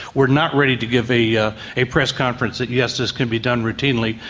we're not ready to give a ah a press conference that, yes, this can be done routinely',